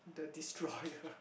the destroyer